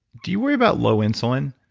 do you worry about low insulin?